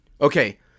Okay